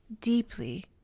deeply